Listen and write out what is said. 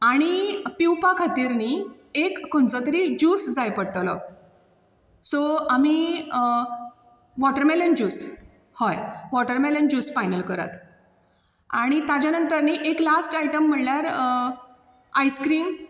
आनी पिवपा खातीर नी एक खंयचो तरी ज्यूस जाय पडटलो सो आमी वॉटरमेलन ज्यूस हय वॉटरमॅलन ज्यूस फायनल करात आनी ताज्या नंतर नी एक लास्ट आयटम म्हणल्यार आयस्क्रीम